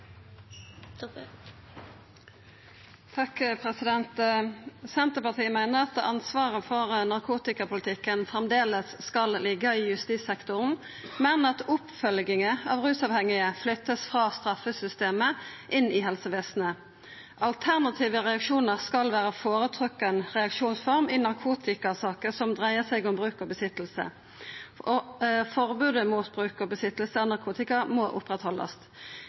Senterpartiet meiner at ansvaret for narkotikapolitikken framleis skal liggja i justissektoren, men at oppfølginga av rusavhengige vert flytta frå straffesystemet og inn i helsevesenet. Alternative reaksjonar skal vera ei føretrekt reaksjonsform i narkotikasaker som dreier seg om bruk og innehav. Forbodet mot bruk og innehav av narkotika må